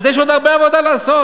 אז יש עוד הרבה עבודה לעשות,